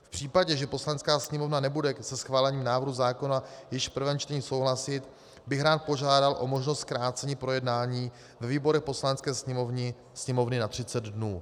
V případě, že Poslanecká sněmovna nebude se schválením zákona již v prvém čtení souhlasit, bych rád požádal o možnost zkrácení projednání ve výborech Poslanecké sněmovny na 30 dnů.